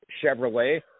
Chevrolet